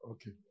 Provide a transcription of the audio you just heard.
Okay